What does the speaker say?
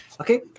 Okay